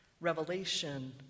revelation